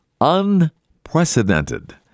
unprecedented